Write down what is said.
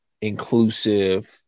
inclusive